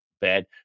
bad